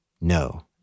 No